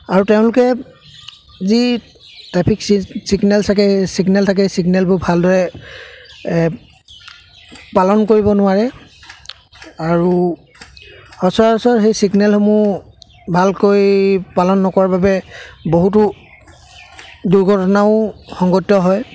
আৰু তেওঁলোকে যি ট্ৰেফিক চি ছিগনেল চাকে ছিগনেল থাকে ছিগনেলবোৰ ভালদৰে পালন কৰিব নোৱাৰে আৰু সচৰাচৰ সেই ছিগনেলসমূহ ভালকৈ পালন নকৰাৰ বাবে বহুতো দুৰ্ঘটনাও সংঘটিত হয়